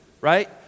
right